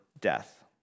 death